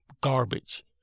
garbage